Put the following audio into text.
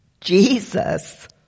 Jesus